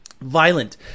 violent